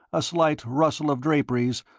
a slight rustle of draperies,